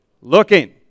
looking